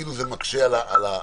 שכאילו זה מקשה על העבודה,